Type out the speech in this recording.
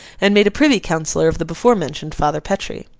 and made a privy councillor of the before-mentioned father petre.